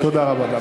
תודה רבה.